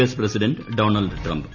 S president Donald Trump